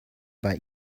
bei